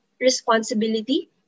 responsibility